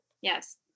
yes